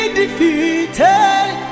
defeated